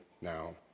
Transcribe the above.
now